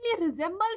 resemble